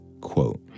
Quote